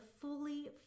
fully